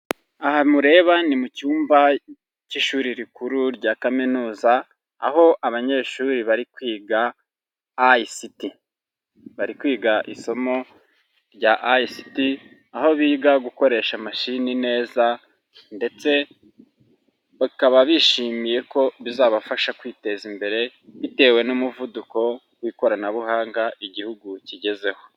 Aha mureba ni mu cyumba cy'ishuri rikuru rya Kaminuza, aho abanyeshuri bari kwiga ICT, bari kwiga isomo rya ICT, aho biga gukoresha mashini neza ndetse bakaba bishimiye ko bizabafasha kwiteza imbere, bitewe n'umuvuduko w'ikoranabuhanga igihugu kigezeho.